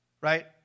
right